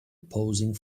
posing